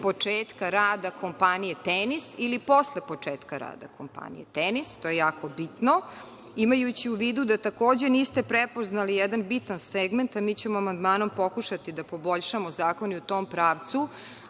početka rada kompanije „Tenis“ ili posle početka rada kompanije „Tenis“. To je jako bitno imajući u vidu da takođe niste prepoznali jedan bitan segment, a mi ćemo amandmanom pokušati da poboljšamo zakon i u tom pravcu,